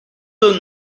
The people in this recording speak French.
d’un